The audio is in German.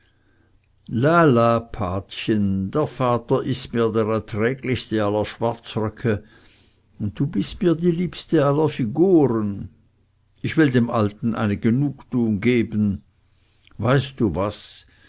der vater ist mir der erträglichste aller schwarzröcke und du bist mir die liebste aller figuren ich will dem alten eine genugtuung geben weißt du was